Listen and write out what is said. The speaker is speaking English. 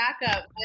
backup